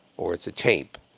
or it's a tape,